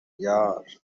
یار